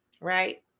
right